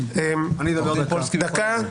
דקה?